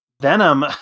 Venom